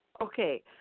Okay